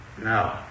No